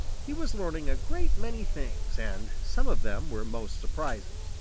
he was learning a great many things, and some of them were most surprising.